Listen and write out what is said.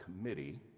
committee